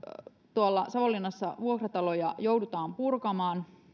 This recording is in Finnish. tuolla savonlinnassa vuokrataloja joudutaan purkamaan